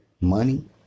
money